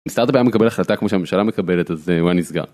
אם סטארט-אפ במקבל החלטה כמו שהממשלה מקבלת אז זה היה נסגר.